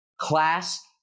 Class